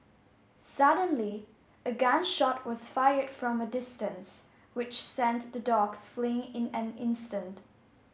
suddenly a gun shot was fired from a distance which sent the dogs fleeing in an instant